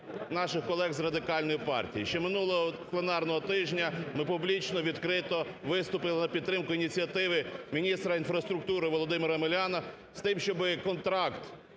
наших колег з Радикальної партії, ще минулого пленарного тижня ми публічно, відкрито виступили на підтримку ініціативи міністра інфраструктури Володимира Омеляна з тим, щоби контракт